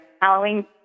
Halloween